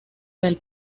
del